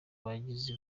bagizi